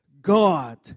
God